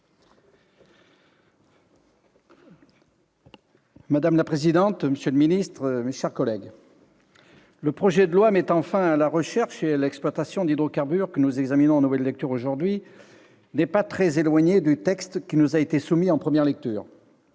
Madame la présidente, monsieur le ministre d'État, mes chers collègues, le projet de loi mettant fin à la recherche et à l'exploitation d'hydrocarbures que nous examinons en nouvelle lecture aujourd'hui n'est pas très éloigné du texte qui nous a été soumis en première lecture.